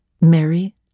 Mary